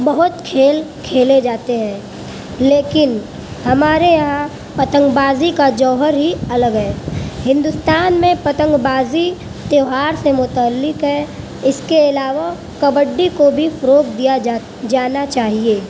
بہت کھیل کھیلتے جاتے ہیں لیکن ہمارے یہاں پتنگ بازی کا جوہر ہی الگ ہے ہندوستان میں پتنگ بازی تہوار سے متعلق ہے اس کے علاوہ کبڈی کو بھی فروغ دیا جا جانا چاہیے